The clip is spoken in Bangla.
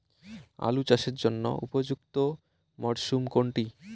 আলু চাষের জন্য উপযুক্ত মরশুম কোনটি?